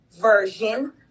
version